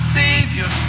savior